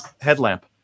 headlamp